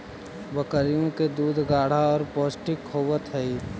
बकरियों के दूध गाढ़ा और पौष्टिक होवत हई